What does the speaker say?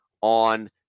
on